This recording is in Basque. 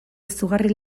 izugarri